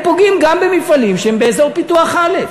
פוגעים גם במפעלים שהם באזור פיתוח א',